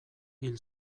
hil